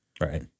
Right